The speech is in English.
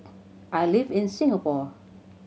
I live in Singapore